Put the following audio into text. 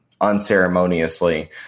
unceremoniously